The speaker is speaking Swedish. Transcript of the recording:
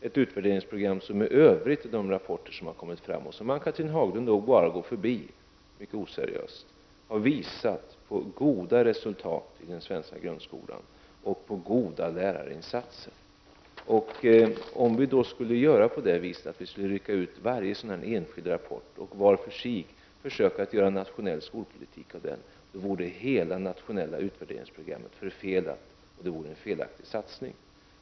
Där har flera rapporter tagits fram — något som hon mycket oseriöst går förbi — vilka har visat på goda resultat i den svenska grundskolan och på goda lärarinsatser. Om vi skulle rycka ut varje enskild rapport för sig och försöka göra en nationell skolpolitik vore hela det nationella utvärderingsprogrammet förfelat, och det vore en felaktig satsning.